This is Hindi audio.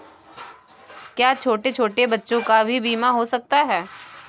क्या छोटे छोटे बच्चों का भी बीमा हो सकता है?